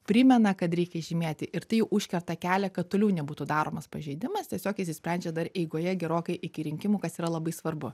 primena kad reikia žymėti ir tai jau užkerta kelią kad toliau nebūtų daromas pažeidimas tiesiog išsisprendžia dar eigoje gerokai iki rinkimų kas yra labai svarbu